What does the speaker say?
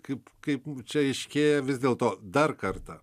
kaip kaip čia aiškėja vis dėl to dar kartą